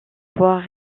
poids